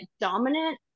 dominant